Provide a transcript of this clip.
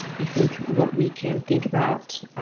i think what we can think about,